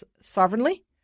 sovereignly